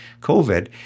COVID